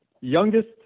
youngest